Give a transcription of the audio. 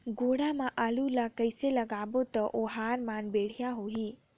गोडा मा आलू ला कइसे लगाबो ता ओहार मान बेडिया होही?